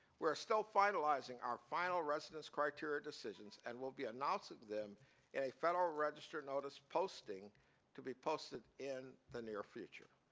we are still finalizeing our final residence criteria decisions and will be announceing them in a federal register notice posting to be posted in the near future.